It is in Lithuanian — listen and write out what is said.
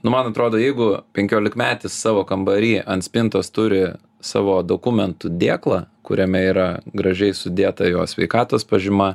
nu man atrodo jeigu penkiolikmetis savo kambary ant spintos turi savo dokumentų dėklą kuriame yra gražiai sudėta jo sveikatos pažyma